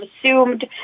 assumed